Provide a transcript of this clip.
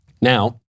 Now